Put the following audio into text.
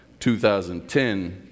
2010